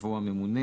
יבוא "הממונה".